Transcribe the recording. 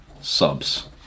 subs